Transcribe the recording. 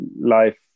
life